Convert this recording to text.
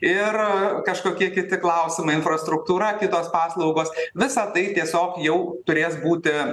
ir kažkokie kiti klausimai infrastruktūra kitos paslaugos visa tai tiesiog jau turės būti